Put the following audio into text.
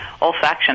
olfaction